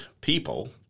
people